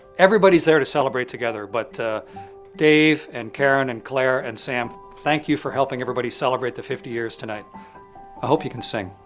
everybody's there to celebrate together, but dave and karen and claire and sam thank you for helping everybody celebrate the fifty years tonight. i hope you can sing.